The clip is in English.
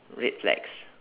red flags